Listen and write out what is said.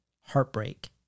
heartbreak